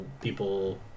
people